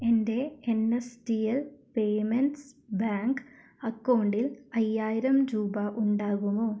എൻ്റെ N S D L payments bank അക്കൗണ്ടിൽ അയ്യായിരം രൂപ ഉണ്ടാകുമോ